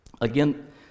Again